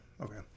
Okay